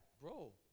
bro